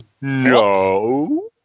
No